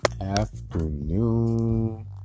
afternoon